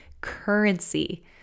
currency